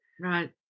Right